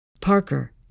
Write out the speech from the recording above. Parker